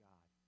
God